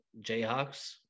Jayhawks